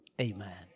Amen